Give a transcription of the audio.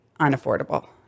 unaffordable